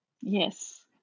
Yes